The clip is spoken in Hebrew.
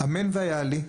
אמן והיה לי,